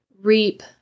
reap